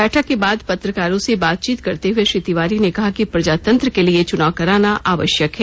बैठक के बाद पत्रकारों से बातचीत करते हुए श्री तिवारी ने कहा कि प्रजातंत्र के लिए चुनाव कराना आवश्यक है